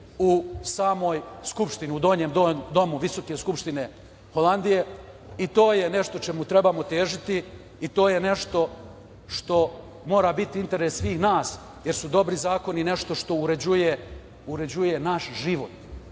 u samoj Skupštini, u donjem domu Visoke skupštine Holandije i to je nešto čemu trebamo težiti i to je nešto što mora biti interes svih nas, jer su dobri zakoni nešto što uređuje naš život. Zato